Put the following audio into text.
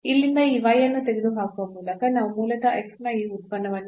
ಇಲ್ಲಿಂದ ಈ y ಅನ್ನು ತೆಗೆದುಹಾಕುವ ಮೂಲಕ ನಾವು ಮೂಲತಃ ನ ಈ ಉತ್ಪನ್ನವನ್ನು ಹೊಂದಿದ್ದೇವೆ